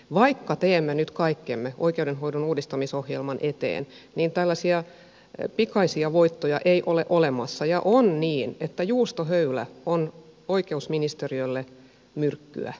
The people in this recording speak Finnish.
vaikka teemme nyt kaikkemme oikeudenhoidon uudistamisohjelman eteen niin tällaisia pikaisia voittoja ei ole olemassa ja on niin että juustohöylä on oikeusministeriölle myrkkyä